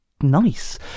Nice